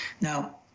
Now